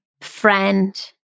friend